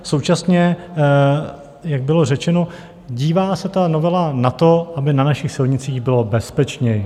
Současně, jak bylo řečeno, dívá se ta novela na to, aby na našich silnicích bylo bezpečněji.